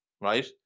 right